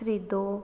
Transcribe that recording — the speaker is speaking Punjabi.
ਖਰੀਦੋ